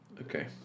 Okay